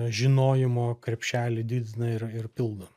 žinojimo krepšelį didina ir ir pildo